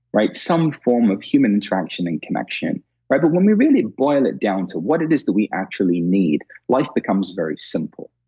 some form of human interaction and connection but when we really boil it down to what it is that we actually need, life becomes very simple.